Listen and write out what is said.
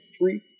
three